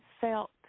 felt